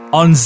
on